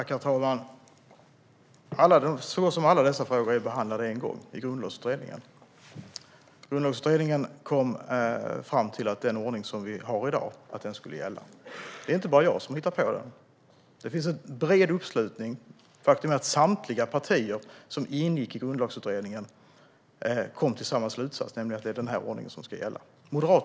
Herr talman! Alla dessa frågor har behandlats i Grundlagsutredningen. Grundlagsutredningen kom fram till att den ordning vi har i dag skulle gälla. Det är inte jag som har hittat på den. Det finns en bred uppslutning. Faktum är att samtliga partier som ingick i Grundlagsutredningen, även Moderaterna, kom till samma slutsats, nämligen att det är den här ordningen som ska gälla.